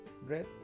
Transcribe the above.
bread